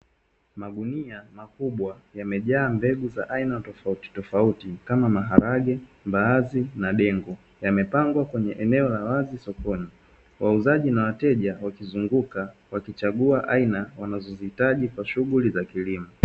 Magunia makubwa yamejaa mbegu za aina tofautitofauti, kama: maharage, mbaazi na dengu. Yamepangwa kwenye eneo la wazi sokoni, wauzaji na wateja wakizunguka wakichagua aina wanazozihitaji kwa shughuli za kilimo.